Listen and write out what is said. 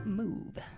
move